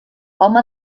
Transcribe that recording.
home